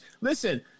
listen